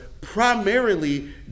primarily